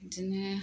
बिदिनो